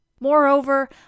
Moreover